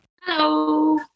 Hello